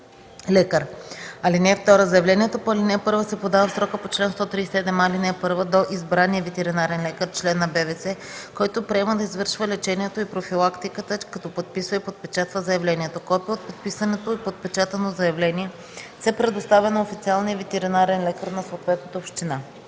лекар. (2) Заявлението по ал. 1 се подава в срока по чл. 137а, ал. 1 до избрания ветеринарен лекар, член на БВС, който приема да извършва лечението и профилактиката, като подписва и подпечатва заявлението. Копие от подписаното и подпечатано заявление се предоставя на официалния ветеринарен лекар на съответната община”.”